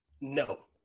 No